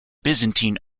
byzantine